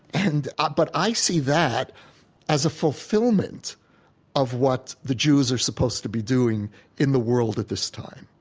and ah but i see that as a fulfillment of what the jews are supposed to be doing in the world at this time.